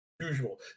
usual